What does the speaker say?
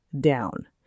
down